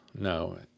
no